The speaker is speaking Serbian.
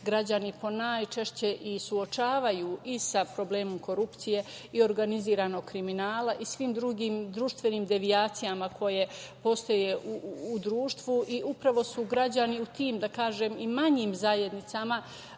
građani ponajčešće i suočavaju i sa problemom korupcije i organizovanog kriminala i svim drugim društvenim devijacijama koje postoje u društvu i upravo su građani u tim, da kažem, manjim zajednicama